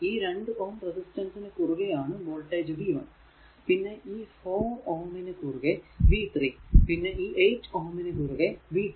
ഈ 2Ω റെസിസ്റ്റൻസ് നു കുറുകെ ആണ് വോൾടേജ് v 1 പിന്നെ ഈ 4 Ω നു കുറുകെ v 3 പിന്നെ ഈ 8 Ω നു കുറുകെ v 2